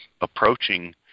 approaching